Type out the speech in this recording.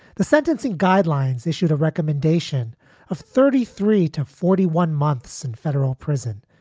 the sentencing guidelines issued a recommendation of thirty three to forty one months in federal prison.